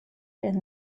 and